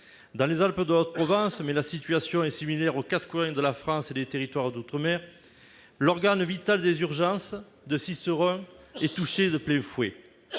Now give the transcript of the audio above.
Dans les Alpes-de-Haute-Provence, mais la situation est similaire aux quatre coins de la France et des territoires d'outre-mer, l'organe vital des urgences de Sisteron est touché de plein fouet.